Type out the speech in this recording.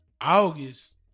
August